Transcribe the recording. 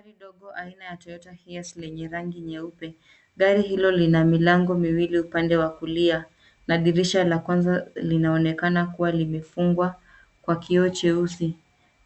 Gari ndogo aina ya Toyota Hiace lenye rangi nyeupe. Gari hilo lina milango miwili upande wa kulia na dirisha la kwanza linaonekana kuwa limefungwa kwa kioo cheusi.